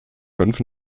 fünf